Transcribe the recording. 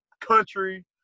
country